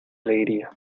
alegría